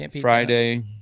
Friday